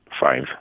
five